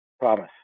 Promise